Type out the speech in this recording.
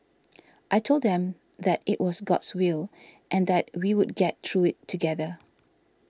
I told them that it was God's will and that we would get through it together